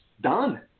done